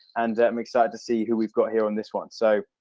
and i'm excited to see who we've got here on this one, so